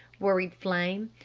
worried flame.